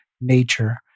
nature